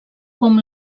com